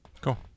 Cool